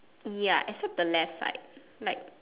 ya except the left side like